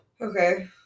Okay